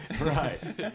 Right